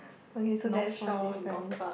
okay so that's one difference